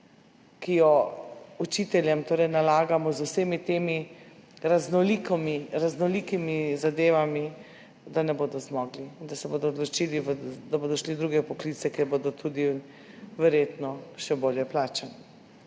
ki jo učiteljem nalagamo z vsemi temi raznolikimi zadevami, ne bodo zmogli in da se bodo odločili, da bodo šli v druge poklice, kjer bodo verjetno tudi še bolje plačani.